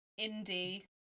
Indie